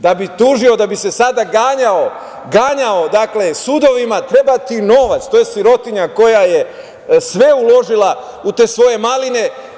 Da bi ih tužio, da bi se sada ganjao sudovima treba ti novac, to je sirotinja koja je sve uložila u te svoje maline.